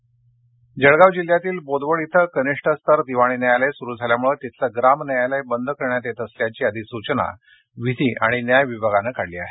ग्राम न्यायालय जळगाव जिल्ह्यातील बोदवड इथं कनिष्ठ स्तर दिवाणी न्यायालय सुरू झाल्यामुळे तिथलं ग्राम न्यायालय बंद करण्यात येत असल्याची अधिसूचना विधी आणि न्याय विभागानं काढली आहे